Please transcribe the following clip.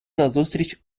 назустріч